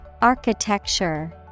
Architecture